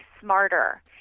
smarter